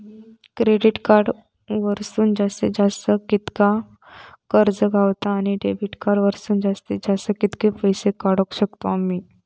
Credit card वरसून जास्तीत जास्त कितक्या कर्ज गावता, आणि डेबिट कार्ड वरसून जास्तीत जास्त कितके पैसे काढुक शकतू आम्ही?